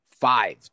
five